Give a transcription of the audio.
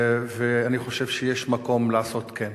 ואני חושב שיש מקום לעשות כן.